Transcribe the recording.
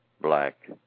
black